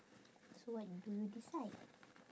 so what do you decide